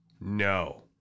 No